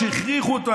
כשהכריחו אותו,